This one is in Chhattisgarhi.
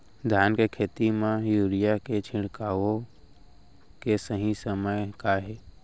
धान के खेती मा यूरिया के छिड़काओ के सही समय का हे?